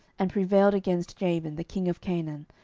and prevailed against jabin the king of canaan,